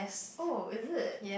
oh is it